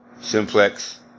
simplex